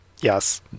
Yes